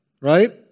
right